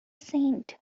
saint